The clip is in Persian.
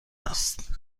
است